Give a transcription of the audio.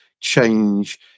change